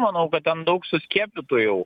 manau kad ten daug suskiepytų jau